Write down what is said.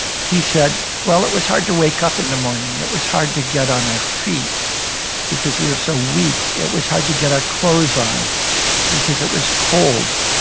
he said, well, it was hard to wake up in the morning. it was hard to get on our feet because we were so weak. it was hard to get our clothes on because it was cold.